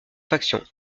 faction